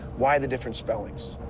why the different spellings?